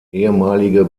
ehemalige